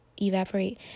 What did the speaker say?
evaporate